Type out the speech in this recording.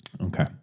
Okay